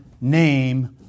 name